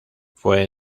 fue